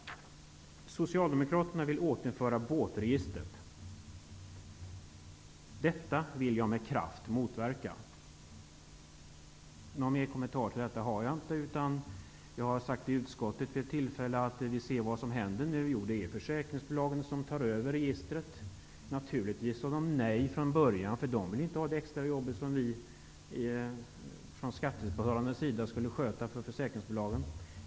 Socialdemokraterna vill återinföra båtregistret, något som jag med kraft vill motverka. Jag har i utskottet vid ett tillfälle sagt att vad som nu händer är att försäkringsbolagen tar över registret. Naturligtvis sade de nej från början, för de vill inte ha det extra jobb som vi skattebetalare skulle klara för försäkringsbolagen.